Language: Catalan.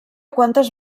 quantes